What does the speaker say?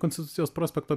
konstitucijos prospekto